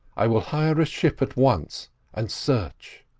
i will hire a ship at once and search.